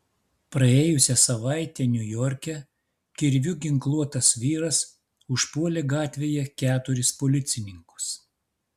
praėjusią savaitę niujorke kirviu ginkluotas vyras užpuolė gatvėje keturis policininkus